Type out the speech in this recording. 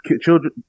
children